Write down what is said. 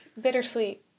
bittersweet